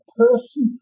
person